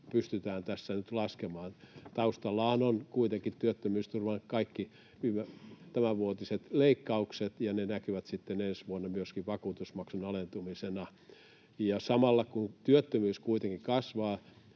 pystytään tässä nyt laskemaan. Taustallahan on kuitenkin työttömyysturvan kaikki tämänvuotiset leikkaukset, ja ne näkyvät sitten ensi vuonna myöskin vakuutusmaksun alentumisena. Ja samalla kun työttömyys kuitenkin kasvaa